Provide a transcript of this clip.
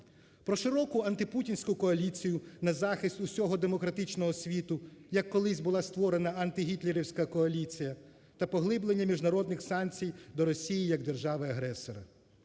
Про широку антипутінську коаліцію на захисту усього демократичного світу, як колись була створена антигітлерівська коаліція, та поглиблення міжнародних санкцій до Росії як держави-агресора.